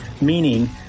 meaning